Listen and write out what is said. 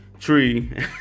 tree